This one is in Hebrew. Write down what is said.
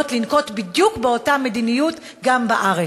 לנקוט בדיוק את אותה מדיניות גם בארץ.